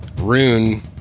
Rune